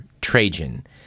Trajan